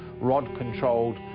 rod-controlled